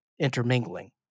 intermingling